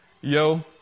Yo